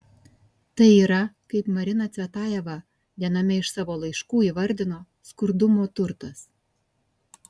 tai yra kaip marina cvetajeva viename iš savo laiškų įvardino skurdumo turtas